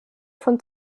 von